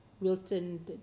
wilton